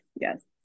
yes